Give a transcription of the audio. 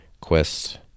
Quest